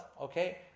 okay